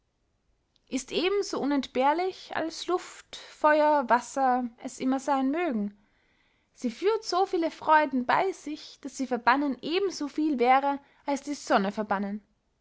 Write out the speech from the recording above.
ist eben so unentbehrlich als luft feuer wasser es immer seyn mögen sie führt so viele freuden bey sich daß sie verbannen eben so viel wäre als die sonne verbannen